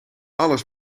alles